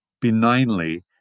benignly